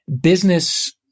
business